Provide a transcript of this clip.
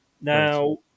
Now